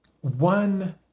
one